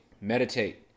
Meditate